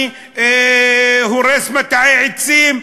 אני הורס מטעי עצים,